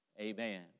amen